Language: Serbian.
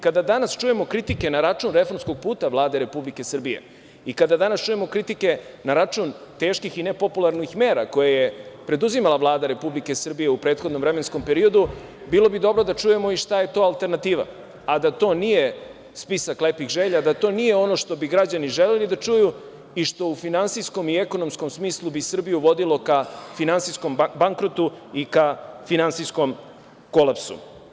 Kada danas čujemo kritike na račun reformskog puta Vlade Republike Srbije i kada danas čujemo kritike na račun teških i nepopularnih mera koje je preduzimala Vlada Republike Srbije u prethodnom vremenskom periodu, bilo bi dobro da čujemo i šta je to alternativa, a da to nije spisak lepih želja, da to nije ono što bi građani želeli da čuju i što u finansijskom i ekonomskom smislu bi Srbiju vodilo ka finansijskom bankrotu i ka finansijskom kolapsu.